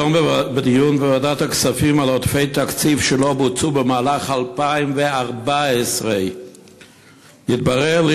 היום בדיון בוועדת הכספים על עודפי תקציב שלא בוצעו במהלך 2014 התברר לי